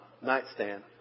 nightstand